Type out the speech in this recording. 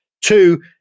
two